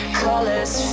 colors